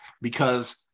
because-